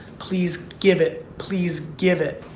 please give it, please give it.